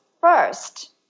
first